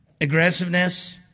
Aggressiveness